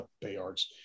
Bayards